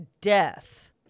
death